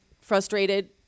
frustrated